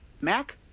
Mac